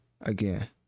again